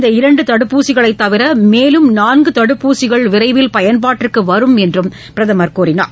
இந்த இரண்டு தடுப்பூசிகளை தவிர மேலும் நான்கு தடுப்பூசிகள் விரைவில் பயன்பாட்டிற்கு வரும் என்று பிரதமர் கூறினார்